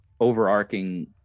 overarching